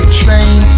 train